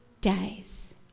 days